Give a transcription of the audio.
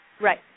Right